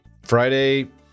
Friday